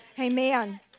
Amen